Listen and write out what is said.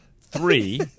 three